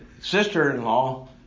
sister-in-law